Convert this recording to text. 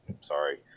Sorry